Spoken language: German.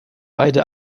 beide